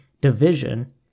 division